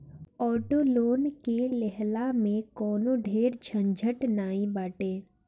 auto loan के लेहला में कवनो ढेर झंझट नाइ बाटे